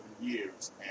years